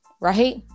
right